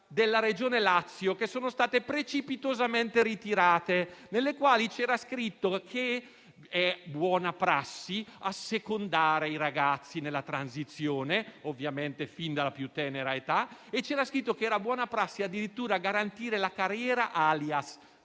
della Regione Lazio, che sono state precipitosamente ritirate, nelle quali c'era scritto che è buona prassi assecondare i ragazzi nella transizione, ovviamente fin dalla più tenera età, e addirittura garantire la carriera *alias*.